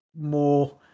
more